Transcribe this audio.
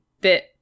bit